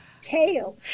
tail